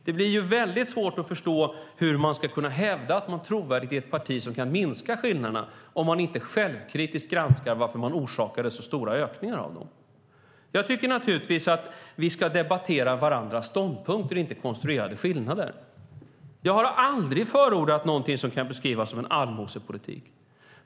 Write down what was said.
Det blir väldigt svårt att förstå hur man ska kunna hävda någon trovärdighet i att man är ett parti som kan minska skillnaderna om man inte självkritiskt granskar varför man orsakade så stora ökningar av dem. Jag tycker naturligtvis att vi ska debattera varandras ståndpunkter och inte konstruerade skillnader. Jag har aldrig förordat någonting som kan beskrivas som allmosepolitik.